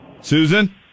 Susan